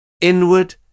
Inward